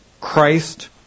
Christ